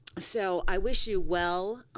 so i wish you well.